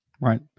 Right